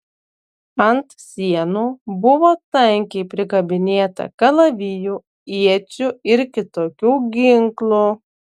ant sienų buvo tankiai prikabinėta kalavijų iečių ir kitokių ginklų